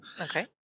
Okay